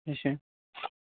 اَچھا